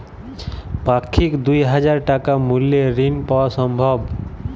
পাক্ষিক দুই হাজার টাকা মূল্যের ঋণ পাওয়া সম্ভব?